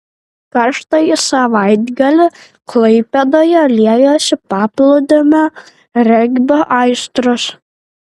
karštąjį savaitgalį klaipėdoje liejosi paplūdimio regbio aistros